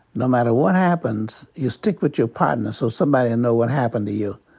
no matter what happens you stick with your partner so somebody'll know what happened to you.